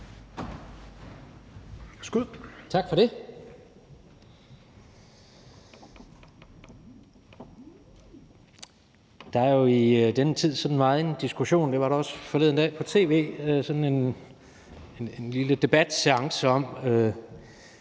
Tak for det.